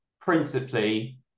principally